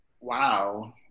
wow